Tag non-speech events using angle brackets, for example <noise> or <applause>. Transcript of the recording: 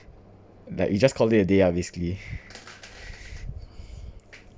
like we just call it a day ah basically <breath>